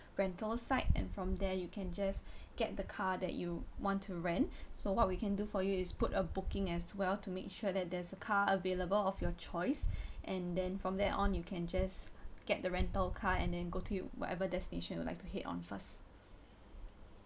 rental side and from there you can just get the car that you want to rent so what we can do for you is put a booking as well to make sure that there's a car available of your choice and then from there on you can just get the rental car and then go to you whatever destination you would like to head on first